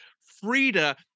Frida